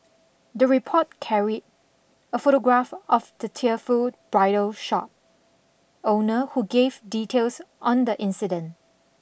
the report carried a photograph of the tearful bridal shop owner who gave details on the incident